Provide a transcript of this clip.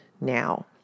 now